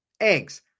eggs